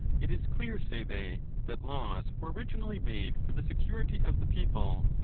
it is clear, say they, that laws were originally made for the security of the people,